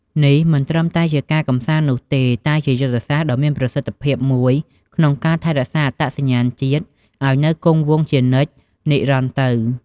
នេះមិនត្រឹមតែជាការកម្សាន្តនោះទេ តែជាយុទ្ធសាស្ត្រដ៏មានប្រសិទ្ធភាពមួយក្នុងការថែរក្សាអត្តសញ្ញាណជាតិឲ្យនៅគង់វង្សជានិច្ចនិរន្តរ៍តទៅ។